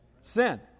Sin